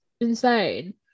insane